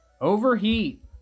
Overheat